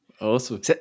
Awesome